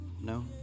No